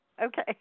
Okay